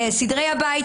סדרי הבית,